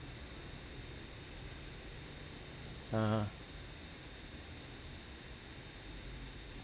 (uh huh)